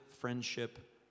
friendship